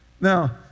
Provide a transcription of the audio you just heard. Now